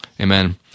Amen